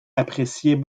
appréciaient